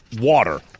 water